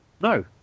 No